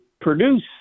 produce